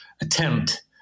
attempt